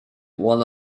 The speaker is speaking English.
one